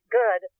good